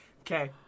Okay